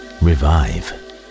revive